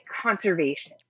conservation